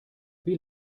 wie